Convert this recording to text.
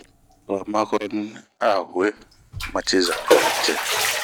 To a macɔrɔni a hue ma ciza a cɛɛ.